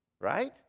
Right